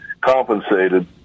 compensated